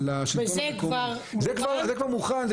וזה כבר מוכן?